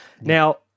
Now